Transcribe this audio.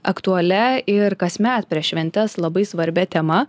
aktualia ir kasmet prieš šventes labai svarbia tema